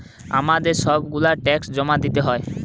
আমাদের সব গুলা ট্যাক্স জমা দিতে হয়